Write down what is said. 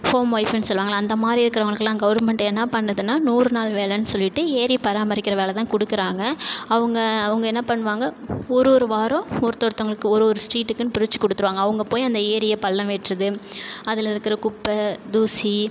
home ஒய்ஃப்புன்னு சொல்லுவாங்கல்ல அந்தமாதிரி இருக்கிறவங்களுக்கெல்லாம் கவர்மெண்ட் என்ன பண்ணுதுன்னா நூறு நாள் வேலைனு சொல்லிவிட்டு ஏரி பராமரிக்கிற வேலைதான் கொடுக்குறாங்க அவங்க அவங்க என்ன பண்ணுவாங்க ஒரு ஒரு வாரம் ஒருத்தர் ஒருத்தங்களுக்கு ஒரு ஒரு ஸ்ட்ரீட்டுக்குன்னு பிரித்து கொடுத்துடுவாங்க அவங்க போய் அந்த ஏரியை பள்ளம் வெட்டுறது அதில் இருக்கிற குப்பை தூசி